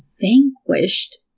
vanquished